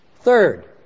Third